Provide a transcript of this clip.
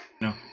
no